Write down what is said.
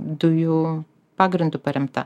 dujų pagrindu paremta